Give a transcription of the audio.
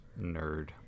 nerd